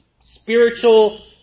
spiritual